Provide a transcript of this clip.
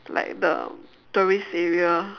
like the tourist area